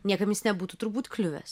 niekam jis nebūtų turbūt kliuvęs